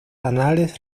anales